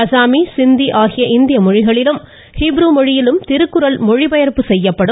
அசாமி சிந்தி ஆகிய இந்திய மொழிகளிலும் ஈப்ரு மொழியிலும் திருக்குறள் மொழிபெயர்ப்பு செய்யப்படும்